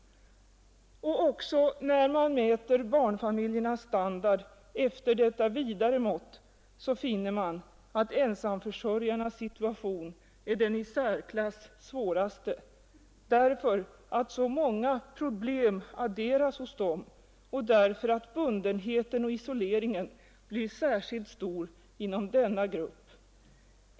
Också när man mäter barnfamiljernas standard efter detta vidare mått, finner man att ensamförsörjarnas situation är den i särklass svåraste, därför att så många problem adderas hos dem och därför att bundenheten och isoleringen blir särskilt stor inom denna grupp.